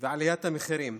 ועליית המחירים: